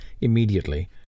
immediately